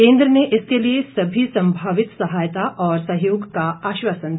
केंद्र ने इसके लिए सभी संभावित सहायता और सहयोग का आश्वासन दिया